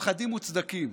הפחדים מוצדקים,